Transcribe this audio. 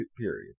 period